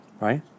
Right